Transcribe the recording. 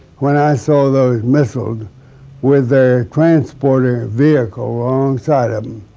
when i saw those missiles with their transporting vehicles alongside of them,